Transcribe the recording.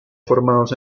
formados